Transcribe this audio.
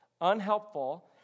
unhelpful